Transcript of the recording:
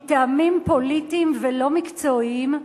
מטעמים פוליטיים ולא מקצועיים,